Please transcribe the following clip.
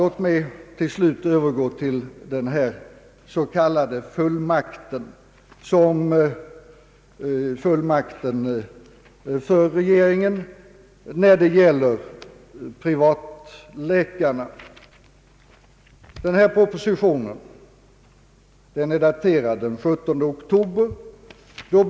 Låt mig till slut övergå till den s.k. fullmakten för regeringen när det gäller privatläkarna. Den aktuella propositionen är daterad den 17 oktober.